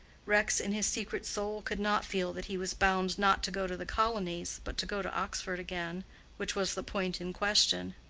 rex in his secret soul could not feel that he was bound not to go to the colonies, but to go to oxford again which was the point in question.